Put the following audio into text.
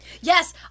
Yes